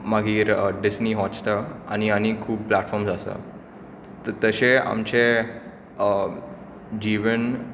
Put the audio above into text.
मागीर Disney Hotstar आनी आनी खूब प्लॅटफॉर्म आसात तशें आमचें जीवन